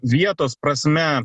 vietos prasme